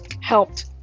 helped